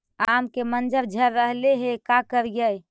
आम के मंजर झड़ रहले हे का करियै?